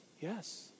Yes